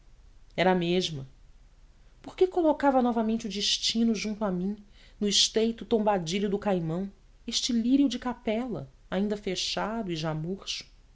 era a mesma por que colocava novamente o destino junto a mim no estreito tombadilho do caimão este lírio de capela ainda fechado e já murcho